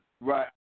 Right